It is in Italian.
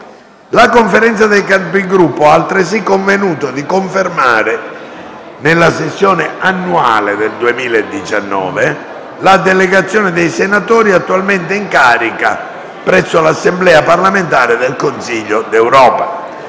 La Conferenza dei Capigruppo ha altresì convenuto di confermare nella sessione annuale del 2019 la delegazione dei senatori attualmente in carica presso l'Assemblea parlamentare del Consiglio d'Europa.